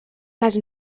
les